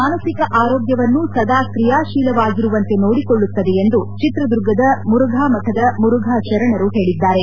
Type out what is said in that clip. ಮಾನಸಿಕ ಆರೋಗ್ಯವನ್ನು ಸದಾ ಕ್ರಿಯಾಶೀಲವಾಗಿರುವಂತೆ ನೋಡಿಕೊಳ್ಳುತ್ತದೆ ಎಂದು ಚಿತ್ರದುರ್ಗದ ಮುರುಘಾಮಠದ ಮುರುಘಾ ಶರಣರು ಹೇಳಿದ್ದಾರೆ